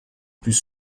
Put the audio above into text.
plus